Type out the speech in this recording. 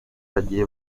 bagiye